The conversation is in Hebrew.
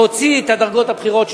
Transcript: להוציא את הדרגות הבכירות,